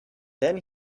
then